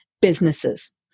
businesses